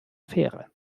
fähre